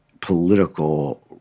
political